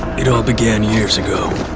it all began years ago.